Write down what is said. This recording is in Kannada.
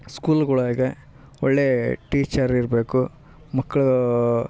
ಸ್ಕೂಲ್ಗಳಾಗೆ ಒಳ್ಳೇ ಟೀಚರ್ ಇರಬೇಕು ಮಕ್ಕಳು